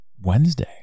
Wednesday